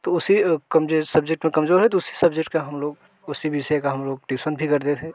तो उसे कम जो सब्जेक्ट में कमजोर है तो उसी सब्जेक्ट के हम लोग उसी विषय का हम लोग ट्यूसन भी करते थे